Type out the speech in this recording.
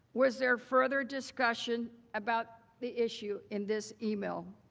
was there further discussion about the issue in this email?